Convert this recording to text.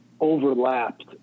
overlapped